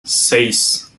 seis